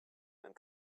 and